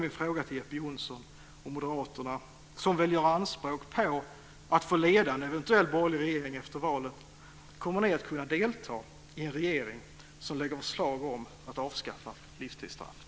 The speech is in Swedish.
Min fråga till Jeppe Johnsson är: Kommer Moderaterna, som väl gör anspråk på att få leda en eventuell borgerlig regering efter valet, att kunna delta i en regering som lägger förslag om att avskaffa livstidsstraffet?